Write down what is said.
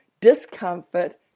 discomfort